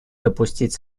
допустить